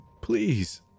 please